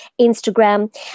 Instagram